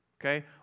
Okay